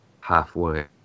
halfway